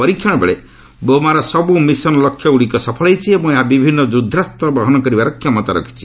ପରୀକ୍ଷଣବେଳେ ବୋମାର search mission ଲକ୍ଷ୍ୟଗୁଡ଼ିକ ସଫଳ ହୋଇଛି ଏବଂ ଏହା ବିଭିନ୍ନ ଯୁଦ୍ଧାସ୍ତ ବହନ କରିବାର କ୍ଷମତା ରଖିଛି